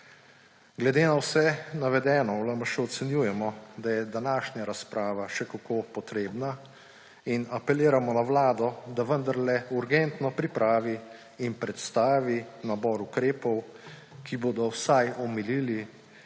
Glede na vse navedeno v LMŠ ocenjujemo, da je današnja razprava še kako potrebna, in apeliramo na vlado, da vendarle urgentno pripravi in predstavi nabor ukrepov, ki bodo vsaj omilili,